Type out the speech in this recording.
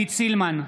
עידית סילמן,